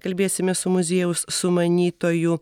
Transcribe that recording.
kalbėsimės su muziejaus sumanytoju